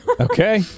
Okay